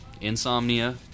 Insomnia